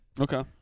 Okay